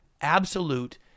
absolute